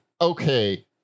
okay